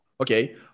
okay